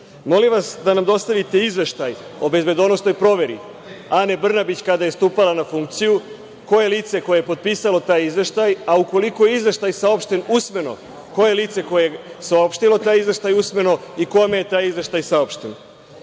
molim vas da nam dostavite izveštaj o bezbedonosnoj proveri Ane Brnabić kada je stupala na funkciju, ko je lice koje je potpisalo taj izveštaj, a ukoliko je izveštaj saopšten usmeno ko je lice koje je saopštilo taj izveštaj usmeno i kome je taj izveštaj saopšten? Takođe,